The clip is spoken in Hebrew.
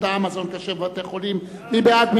העם (מזון כשר בבתי-חולים) מי בעד?